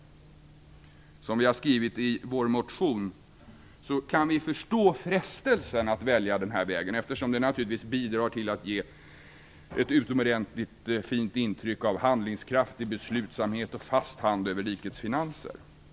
Som vi har skrivit i vår motion kan vi förstå frestelsen att välja den här vägen, eftersom det naturligtvis bidrar till att ge ett utomordentligt fint intryck av handlingskraft, beslutsamhet och fast hand över rikets finanser.